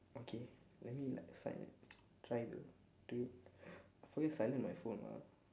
okay let me like find try to do it I forget to silent my phone lah